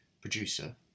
producer